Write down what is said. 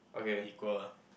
equal